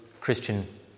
Christian